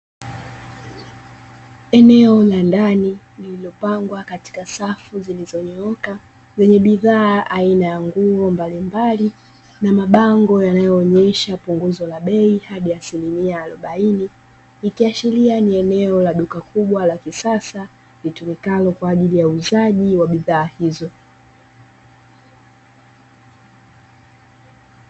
Eneo la ndani lililopangwa katika safu zilizonyooka lenye bidhaa aina ya nguo mbalimbali na mabango yanayoonyesha punguzo la bei hadi asilimia arobaini, ikiashiria ni eneo la duka kubwa la kisasa litumikalo kwa ajili ya uuzaji wa bidhaa hizo.